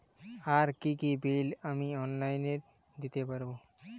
আর কি কি বিল আমি অনলাইনে দিতে পারবো?